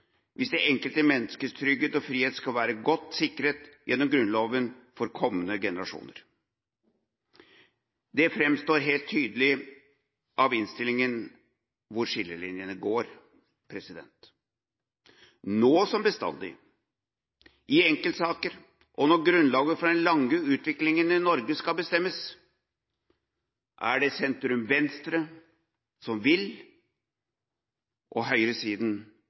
hvis det enkelte menneskets trygghet og frihet skal være godt sikret gjennom Grunnloven for kommende generasjoner. Det framgår helt tydelig av innstillinga hvor skillelinjene går. Nå som bestandig, i enkeltsaker og når grunnlaget for den lange utviklingen i Norge skal bestemmes, er det sentrum–venstre som vil, og høyresiden